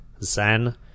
Zen